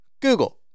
Google